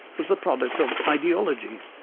was the product of ideology,